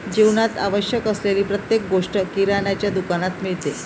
जीवनात आवश्यक असलेली प्रत्येक गोष्ट किराण्याच्या दुकानात मिळते